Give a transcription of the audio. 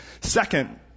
Second